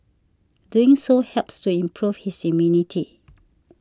doing so helps to improve his immunity